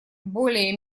более